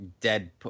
Dead